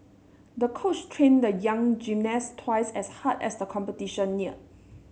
the coach trained the young gymnast twice as hard as the competition neared